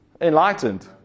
Enlightened